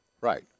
right